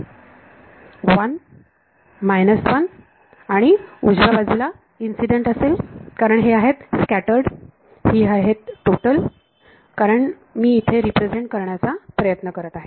1 1 आणि उजव्या बाजूला इन्सिडेंट असेल कारण हे आहेत स्कॅटर्ड ही आहेत टोटल कारण मी इथे रिप्रेझेंट करण्याचा प्रयत्न करत आहे